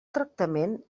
tractament